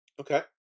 okay